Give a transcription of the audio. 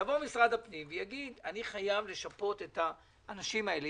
יבוא משרד הפנים ויגיד: אני חייב לשפות את האנשים האלה,